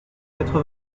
quatre